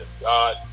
God